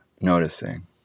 noticing